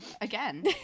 again